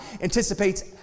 anticipates